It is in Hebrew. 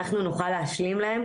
ואנחנו נוכל להשלים להם.